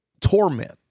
torment